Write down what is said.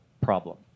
problem